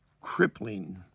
crippling